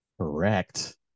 Correct